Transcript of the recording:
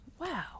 Wow